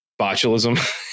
botulism